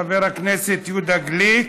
חבר הכנסת יהודה גליק,